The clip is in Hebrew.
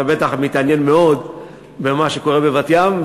אתה בטח מתעניין מאוד במה שקורה בבת-ים,